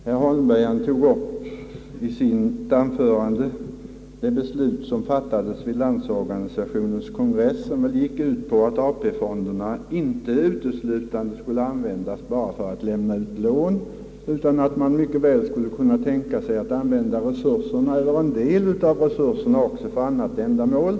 Herr Holmberg tog i sitt anförande upp det beslut, som fattades vid Landsorganisationens kongress och som gick ut på att AP-fonderna inte uteslutande skulle användas för att lämna ut lån, utan att resurserna, eller i varje fall en del av resurserna, skulle kunna användas även för annat ändamål.